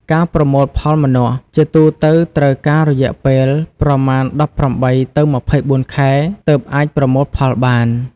ការប្រមូលផលម្នាស់ ជាទូទៅត្រូវការរយៈពេលប្រមាណ ១៨ ទៅ ២៤ ខែ ទើបអាចប្រមូលផលបាន។